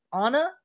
anna